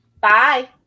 Bye